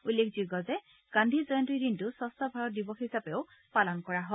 উল্লেখযোগ্য যে গান্ধী জয়ন্তীৰ দিনটো স্বচ্ছ ভাৰত দিৱস হিচাপেও পালন কৰা হয়